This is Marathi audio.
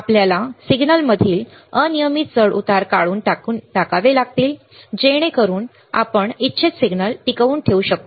आपल्याला सिग्नलमधील अवांछित चढउतार काढून टाकावे लागतील जेणेकरून आपण इच्छित सिग्नल टिकवून ठेवू शकू